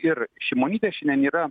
ir šimonytės šiandien yra